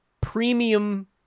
premium